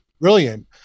brilliant